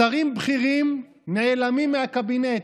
שרים בכירים נעלמים מהקבינט,